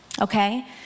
okay